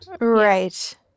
Right